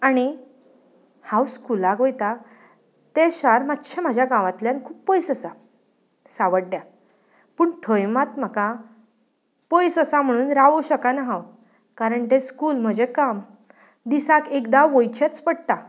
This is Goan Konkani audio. आनी हांव स्कुलाक वयता तें शार मातश्या म्हज्या गांवांतल्यान खूब पयस आसा सांवड्ड्यां पूण थंय मात म्हाका पयस आसा म्हणून रावं शकना हांव कारण तें स्कूल म्हजें काम दिसाक एकदां वयचेंच पडटा